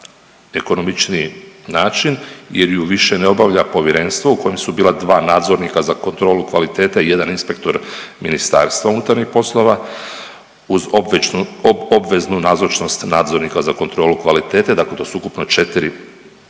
način jer ju više ne obavlja povjerenstvo u kojem su bila dva nadzornika za kontrolu kvalitete i jedan inspektor MUP-a uz obveznu nazočnost nadzornika za kontrolu kvalitete, dakle to su ukupno 4